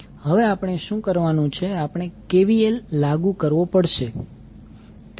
હવે આપણે શું કરવાનું છે આપણે KVL લાગુ કરવો પડશે